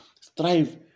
strive